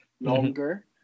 longer